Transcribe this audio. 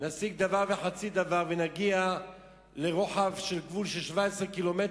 נשיג דבר וחצי דבר, ונגיע לרוחב של 17 ק"מ